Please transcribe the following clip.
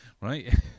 right